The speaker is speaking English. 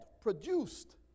produced